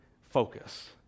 focus